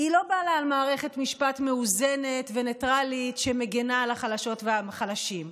לא בא לה על מערכת משפט מאוזנת וניטרלית שמגינה על החלשות והחלשים,